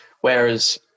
whereas